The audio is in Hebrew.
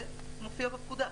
זה מופיע בפקודה.